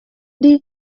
bwacu